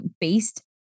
based